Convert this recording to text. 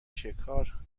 شکار